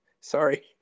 sorry